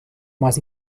más